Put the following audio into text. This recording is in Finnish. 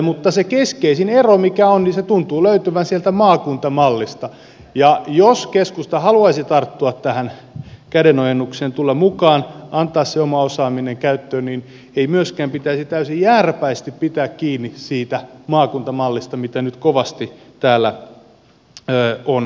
mutta se keskeisin ero mikä on tuntuu löytyvän sieltä maakuntamallista ja jos keskusta haluaisi tarttua tähän kädenojennukseen tulla mukaan antaa sen oman osaamisen käyttöön niin ei myöskään pitäisi täysin jääräpäisesti pitää kiinni siitä maakuntamallista jota nyt kovasti täällä on korostettu